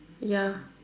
ya